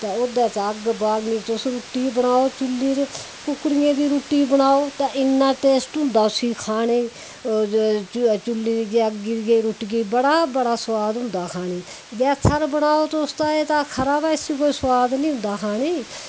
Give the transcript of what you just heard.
ते ओहदे च अग्ग बालनी तुस रुट्टी बनाओ चुल्ली र कुकड़ी दियें दी रुट्टी बनाओ इन्ना टेस्ट होंदा उसगी खाने च चुल्ली दी अग्गी दी जेहड़ी रुट्टी च बड़ा बड्डा सुआद होंदा खाने च गैसे र बनाओ तुस तां एह् ते खरा होंदा पर उसगी कोई स्बाद नेईं होंदा खाने च